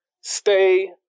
stay